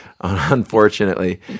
unfortunately